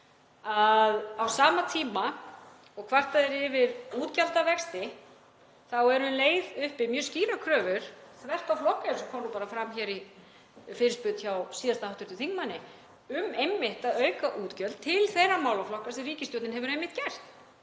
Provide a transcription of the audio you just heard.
að á sama tíma og kvartað er yfir útgjaldavexti eru um leið uppi mjög skýrar kröfur, þvert á flokka eins og kom fram í fyrirspurn hjá síðasta hv. þingmanni, um að auka útgjöld til þeirra málaflokka sem ríkisstjórnin hefur einmitt gert;